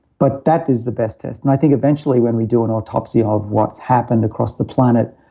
but that is the best test and i think eventually when we do an autopsy of what's happened across the planet,